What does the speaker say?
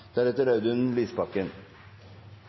voksne. Audun Lysbakken